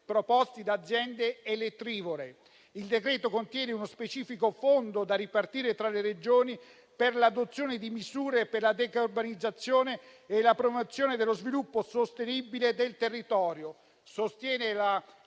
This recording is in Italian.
proposti da aziende elettrivore. Il decreto contiene uno specifico fondo, da ripartire tra le Regioni, per l'adozione di misure per la decarbonizzazione e la promozione dello sviluppo sostenibile del territorio. Sostiene la